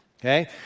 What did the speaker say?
Okay